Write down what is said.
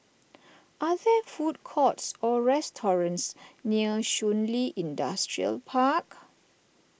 are there food courts or restaurants near Shun Li Industrial Park